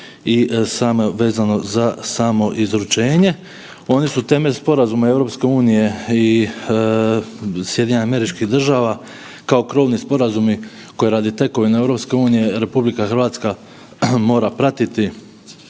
i samo, vezano za samoizručenje. Oni su temelj sporazuma EU i SAD-a kao krovni sporazumi koji radi tekovine EU RH mora pratiti, mora pratiti